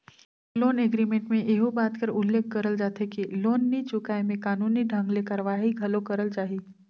loan agreement में एहू बात कर उल्लेख करल जाथे कि लोन नी चुकाय में कानूनी ढंग ले कारवाही घलो करल जाही